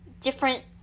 different